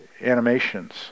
animations